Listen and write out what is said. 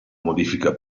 modifica